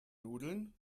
nudeln